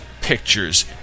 pictures